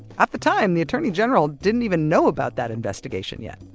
at the time, the attorney general didn't even know about that investigation yet!